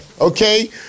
Okay